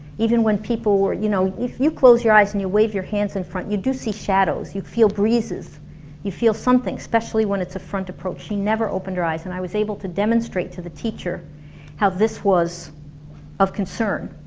even when people were, you know if you close your eyes and you wave your hands in front you do see shadows, you feel breezes you feel something, especially when it's a front approach she never opened her eyes and i was able to demonstrate to the teacher how this was of concern